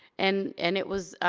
and and it was,